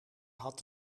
had